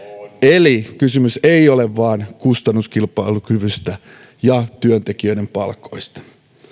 eli kysymys ei ole vain kustannuskilpailukyvystä ja työntekijöiden palkoista